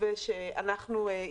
במתווה שלנו,